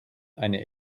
eine